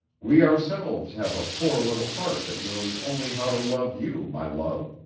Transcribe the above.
we ourselves have a poor little heart that knows only how to love you, my love.